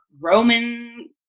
Roman